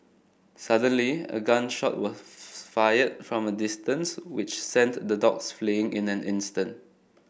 suddenly a gun shot was fired from a distance which sent the dogs fleeing in an instant